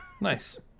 Nice